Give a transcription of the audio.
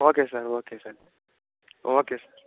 okay sir okay sir okay sir